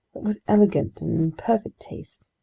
was elegant and in perfect taste.